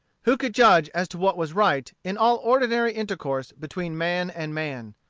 who could judge as to what was right in all ordinary intercourse between man and man.